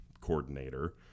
coordinator